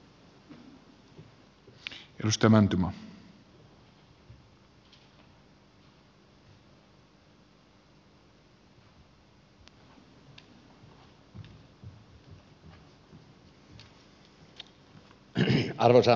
arvoisa herra puhemies